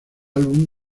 álbum